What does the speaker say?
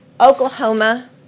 Oklahoma